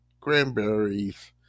cranberries